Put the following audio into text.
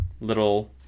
little